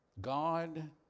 God